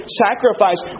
sacrifice